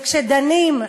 וכשדנים,